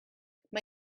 mae